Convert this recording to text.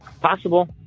Possible